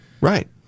Right